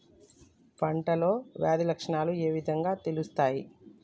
పంటలో వ్యాధి లక్షణాలు ఏ విధంగా తెలుస్తయి?